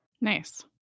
Nice